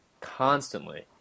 constantly